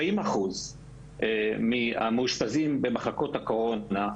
40 אחוז מהמאושפזים במחלקות הקורונה,